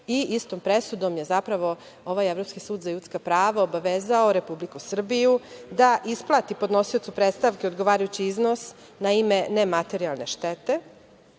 Istom presudom je zapravo ovaj Evropski sud za ljudska prava obavezao Republiku Srbiju da isplati podnosiocu predstavke odgovarajući iznos na ime nematerijalne štete.